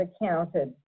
accounted